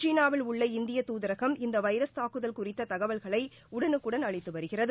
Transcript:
சீனாவில் உள்ள இந்திய தூதரகம் இந்த வைரஸ் தாக்குதல் குறித்த தகவல்களை உடனுக்குடன் அளித்து வருகிறது